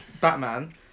Batman